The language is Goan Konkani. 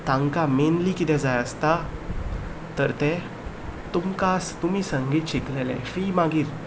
पुणून तांकां मेनली किदें जाय आसता तर तें तुमकां तुमी संगीत शिकलेले फी मागीर